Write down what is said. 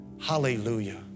Hallelujah